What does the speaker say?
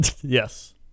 Yes